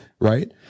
right